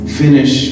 finish